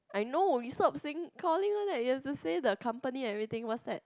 I know it's not saying calling one eh you have to say the company everything what's that